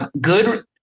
good